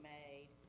made